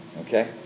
Okay